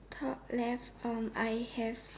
top left um I have